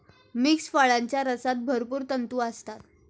मिश्र फळांच्या रसात भरपूर तंतू असतात